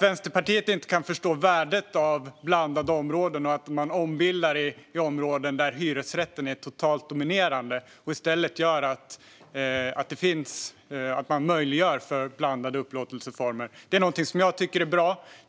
Vänsterpartiet kan inte förstå värdet av blandade områden och att man ombildar i områden där hyresrätten är totalt dominerande. Jag tycker att det är bra att man möjliggör för blandade upplåtelseformer.